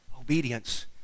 Obedience